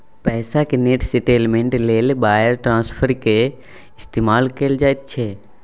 पैसाक net settlement लेल wire ट्रांस्फरक इस्तेमाल कएल जाइत छै